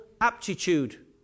aptitude